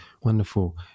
wonderful